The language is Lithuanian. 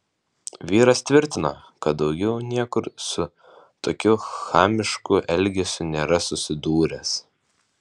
vyras tvirtino kad daugiau niekur su tokiu chamišku elgesiu nėra susidūręs